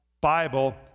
Bible